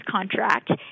contract